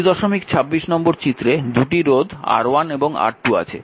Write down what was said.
226 নম্বর চিত্রে 2টি রোধ R1 এবং R2 আছে